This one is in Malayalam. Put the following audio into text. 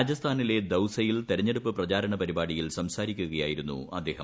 രാജസ്ഥാനിലെ ദൌസയിൽ തെരഞ്ഞെടുപ്പ് പ്രചാരണ പരിപാടിയിൽ സംസാരിക്കുകയായിരുന്നു അദ്ദേഹം